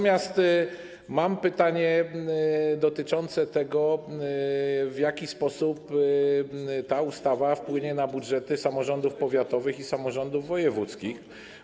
Mam pytanie dotyczące tego, w jaki sposób ta ustawa wpłynie na budżety samorządów powiatowych i wojewódzkich.